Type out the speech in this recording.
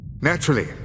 Naturally